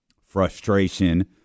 Frustration